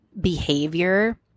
behavior